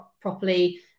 properly